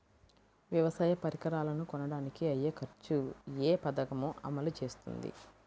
వ్యవసాయ పరికరాలను కొనడానికి అయ్యే ఖర్చు ఏ పదకము అమలు చేస్తుంది?